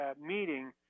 meeting